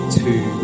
two